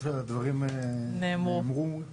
דברים נאמרו.